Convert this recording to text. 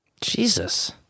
Jesus